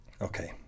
Okay